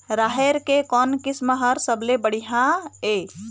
राहेर के कोन किस्म हर सबले बढ़िया ये?